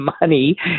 money